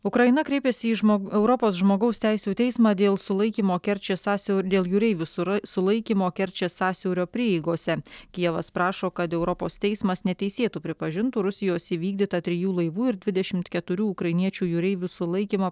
ukraina kreipėsi į žmog europos žmogaus teisių teismą dėl sulaikymo kerčės sąsiau dėl jūreivių sura sulaikymo kerčės sąsiaurio prieigose kijevas prašo kad europos teismas neteisėtu pripažintų rusijos įvykdytą trijų laivų ir dvidešimt keturių ukrainiečių jūreivių sulaikymo